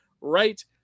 right